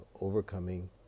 Overcoming